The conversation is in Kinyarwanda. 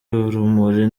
urumuri